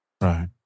Right